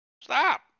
Stop